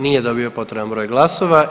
Nije dobio potreban broj glasova.